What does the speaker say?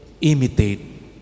imitate